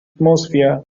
atmosphere